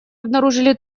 обнаружили